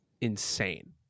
insane